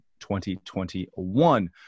2021